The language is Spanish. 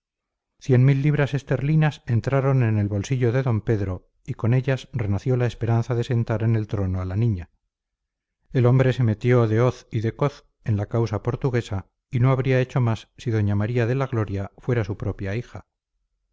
cien mil libras esterlinas entraron en el bolsillo de d pedro y con ellas renació la esperanza de sentar en el trono a la niña el hombre se metió de hoz y de coz en la causa portuguesa y no habría hecho más si doña maría de la gloria fuera su propia hija